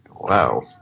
wow